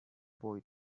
boy